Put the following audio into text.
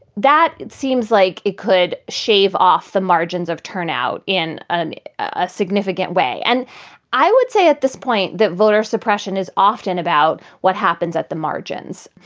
that seems like it could shave off the margins of turnout in a ah significant way. and i would say at this point that voter suppression is often about what happens at the margins.